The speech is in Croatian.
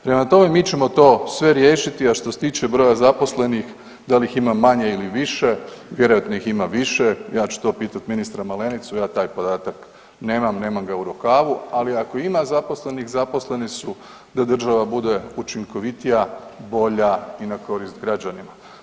Prema tome, mi ćemo to sve riješiti, a što se tiče broja zaposlenih dal ih ima manje ili više, vjerojatno ih ima više, ja ću to pitati ministra Malenicu, ja taj podatak nemam, nemam ga u rukavu, ali ima zaposlenih zaposleni su da država bude učinkovitija, bolja i na korist građanima.